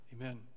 Amen